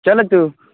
चलतु